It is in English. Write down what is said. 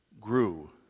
grew